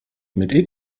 mit